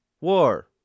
war